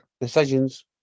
decisions